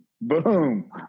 Boom